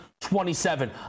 27